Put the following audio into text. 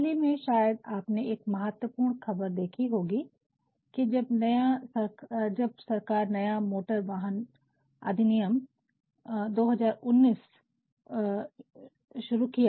हाल ही में शायद आपने एक महत्वपूर्ण खबर देखी होगी कि जब सरकार ने नया मोटर वाहन अधिनियम 2019 शुरू किया